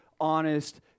honest